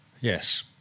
Yes